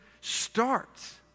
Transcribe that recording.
starts